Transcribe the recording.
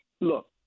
look